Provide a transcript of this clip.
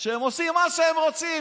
שהם עושים מה שהם רוצים.